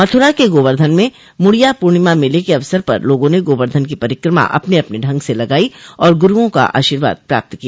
मथुरा के गोवर्धन में मुड़िया पूर्णिमा मेले के अवसर पर लोगों ने गोवर्धन की परिक्रमा अपने अपने ढंग से लगाई और गुरूओं का आशीर्वाद प्राप्त किया